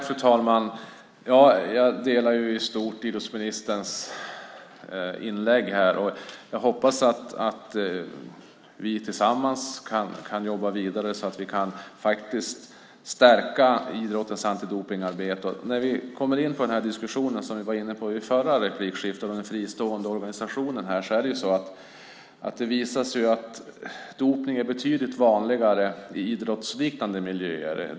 Fru talman! Jag delar i stort idrottsministerns mening här. Jag hoppas att vi tillsammans kan jobba vidare så att vi faktiskt kan stärka idrottens antidopningsarbete. Vad gäller den diskussion som vi var inne på tidigare, om den fristående organisationen, visar det sig att dopning är betydligt vanligare i idrottsliknande miljöer.